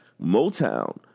Motown